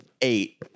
eight